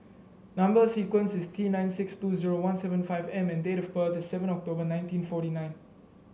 number sequence is T nine six two zero one seven five M and date of birth is seven October nineteen forty nine